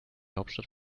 hauptstadt